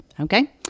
Okay